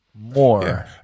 more